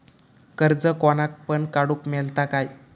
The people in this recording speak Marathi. कर्ज कोणाक पण काडूक मेलता काय?